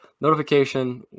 Notification